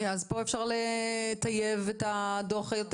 אוקי, אז פה אפשר לטייב את הדוח יותר.